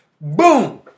Boom